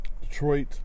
Detroit